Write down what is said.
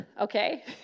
okay